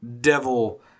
devil